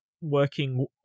working